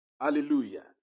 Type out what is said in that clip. Hallelujah